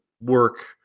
work